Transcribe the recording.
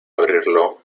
abrirlo